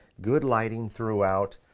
good lighting throughout,